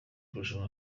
kurushanwa